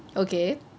okay